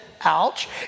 ouch